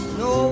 no